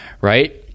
right